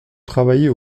travailler